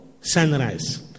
sunrise